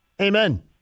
Amen